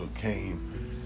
came